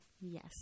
Yes